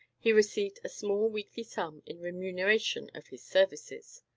he received a small weekly sum in remuneration of his services,